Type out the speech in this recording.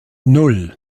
nan